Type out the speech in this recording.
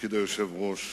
לתפקיד היושב-ראש.